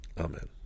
Amen